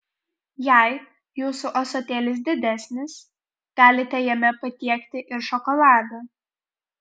jei jūsų ąsotėlis didesnis galite jame patiekti ir šokoladą